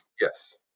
Yes